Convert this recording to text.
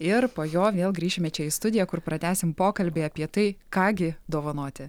ir po jo vėl grįšime čia į studiją kur pratęsim pokalbį apie tai ką gi dovanoti